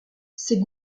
c’est